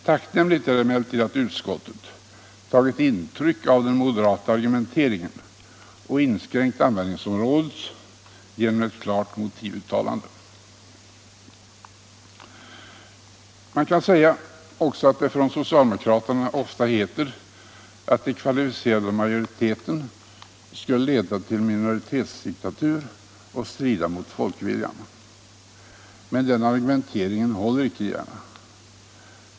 Tacknämligt är emellertid att utskottet har tagit intryck av den moderata argumenteringen och inskränkt användningsområdet genom ett klart motivuttalande. Från socialdemokratiskt håll heter det ofta att den kvalificerade majoriteten skulle leda till minoritetsdiktatur och strida mot folkviljan. Den argumenteringen håller inte.